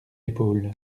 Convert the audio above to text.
épaules